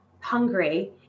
hungry